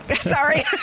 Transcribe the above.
Sorry